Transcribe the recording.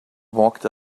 walked